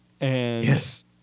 Yes